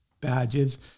badges